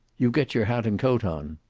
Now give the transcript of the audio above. you get your hat and coat on.